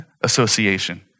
association